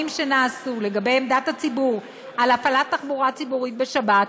שנעשו לגבי עמדת הציבור על הפעלת תחבורה ציבורית בשבת,